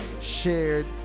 shared